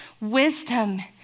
Wisdom